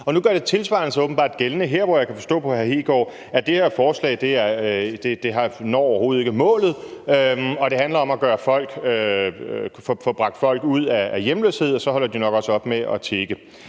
ud. Nu gør noget tilsvarende sig åbenbart gældende her, hvor jeg kan forstå på hr. Kristian Hegaard, at det her forslag overhovedet ikke når målet, og at det handler om at få bragt folk ud af hjemløshed, og at de så nok også holder op med at tigge.